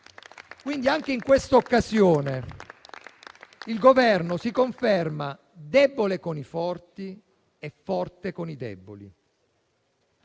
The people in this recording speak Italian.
Quindi, anche in questa occasione il Governo si conferma debole con i forti e forte con i deboli.